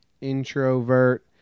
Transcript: Introvert